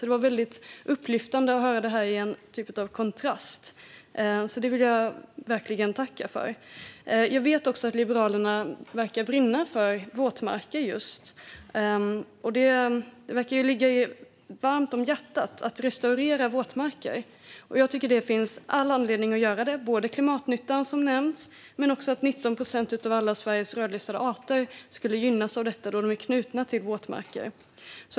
Det var upplyftande att höra detta som kontrast, så det vill jag verkligen tacka för. Liberalerna verkar brinna för just våtmarker. Det verkar ligga er varmt om hjärtat att restaurera våtmarker. Jag tycker att det finns all anledning att göra det, både för klimatnyttan som nämnts och för att 19 procent av alla Sveriges rödlistade arter skulle gynnas av det då de är knutna till våtmarker.